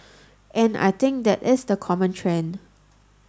and I think that is the common thread